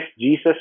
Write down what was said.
Jesus